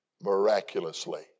miraculously